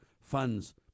funds